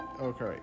Okay